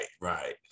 right